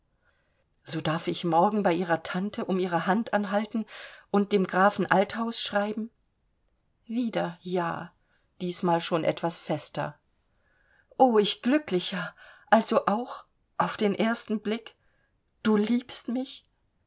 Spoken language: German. so darf ich morgen bei ihrer tante um ihre hand anhalten und dem grafen althaus schreiben wieder ja diesmal schon etwas fester o ich glücklicher also auch auf den ersten blick du liebst mich